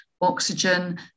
oxygen